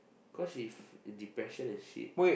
cause she if depression and shit